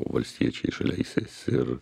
valstiečiais žaliaisiais ir